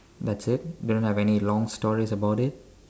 that's it don't have any long stories about it